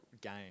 game